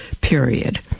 period